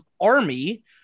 army